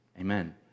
Amen